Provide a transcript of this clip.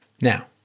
Now